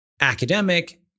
academic